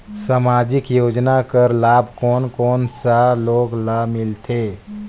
समाजिक योजना कर लाभ कोन कोन सा लोग ला मिलथे?